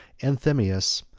anthemius,